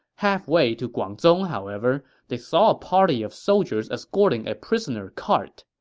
halfway to guangzong, however, they saw a party of soldiers escorting a prisoner cart.